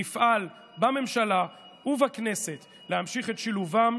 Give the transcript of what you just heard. נפעל בממשלה ובכנסת להמשיך את שילובם,